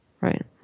Right